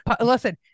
Listen